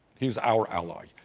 he is our ally.